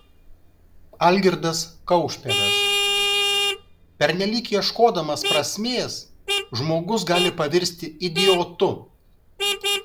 algirdas kaušpėdas pernelyg ieškodamas prasmės žmogus gali pavirsti idiotu